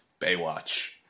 Baywatch